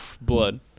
Blood